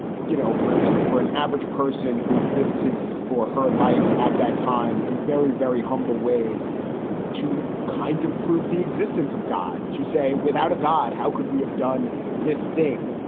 you know, for for an average person who lives his or her life at that time in very, very humble ways to kind of prove the existence of god to say without a god, how could we have done this thing?